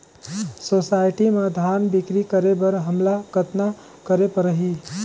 Society म धान बिक्री करे बर हमला कतना करे परही?